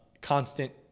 constant